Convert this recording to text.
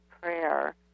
prayer